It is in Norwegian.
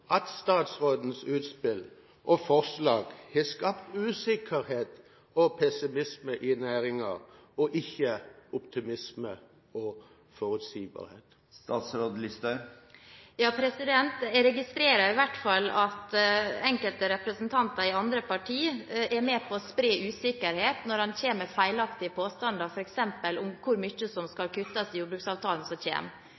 at statsrådens utspill og forslag har skapt usikkerhet og pessimisme i næringen og ikke optimisme og forutsigbarhet? Ja, jeg registrerer i hvert fall at enkelte representanter i andre partier er med på å spre usikkerhet når en kommer med feilaktige påstander, f.eks. om hvor mye som